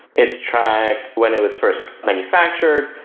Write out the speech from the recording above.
it's tracked when it was first manufactured,